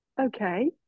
Okay